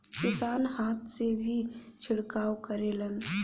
किसान हाथ से भी छिड़काव करेलन